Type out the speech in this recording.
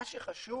מה שחשוב